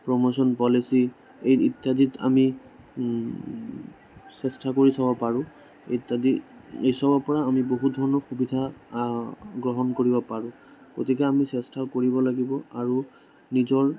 প্ৰমোচন policy এই ইত্যাদিত আমি চেষ্টা কৰি চাব পাৰোঁ ইত্যাদি এইবোৰৰ পৰা আমি বহুত সুবিধা গ্ৰহণ কৰিব পাৰোঁ গতিকে আমি চেষ্টা কৰিব লাগিব আৰু নিজৰ